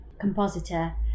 compositor